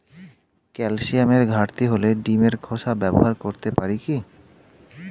ক্যালসিয়ামের ঘাটতি হলে ডিমের খোসা ব্যবহার করতে পারি কি?